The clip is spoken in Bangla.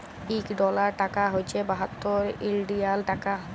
ইক ডলার টাকা হছে বাহাত্তর ইলডিয়াল টাকা